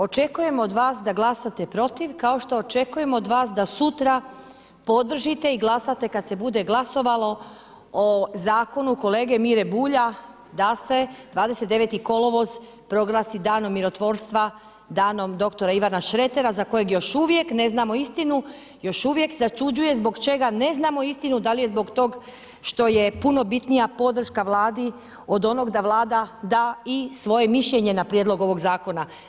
Očekujemo od vas da glasate protiv kao što očekujemo od vas da sutra podržite i glasate kada se bude glasovalo o zakonu kolege Mire Bulja da se 29. kolovoz proglasi danom mirotvorstva, danom dr. Ivana Šretera za kojeg još uvijek ne znamo istinu, još uvijek začuđuje zbog čega ne znamo istinu, da li je zbog tog što je puno bitnija podrška Vladi od onog da Vlada da i svoje mišljenje na prijedlog ovog zakona.